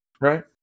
right